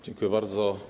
Dziękuję bardzo.